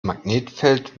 magnetfeld